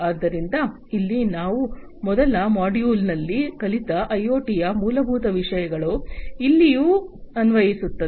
ಆದ್ದರಿಂದ ಇಲ್ಲಿ ನಾವು ಮೊದಲ ಮಾಡ್ಯೂಲ್ನಲ್ಲಿನ ಕಲಿತ ಐಒಟಿಯ ಮೂಲಭೂತ ವಿಷಯಗಳು ಇಲ್ಲಿಯೂ ಅನ್ವಯಿಸುತ್ತದೆ